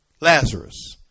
Lazarus